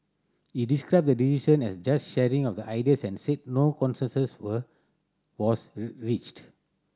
he described the decision as just sharing of ideas and said no consensus were was reached